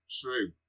true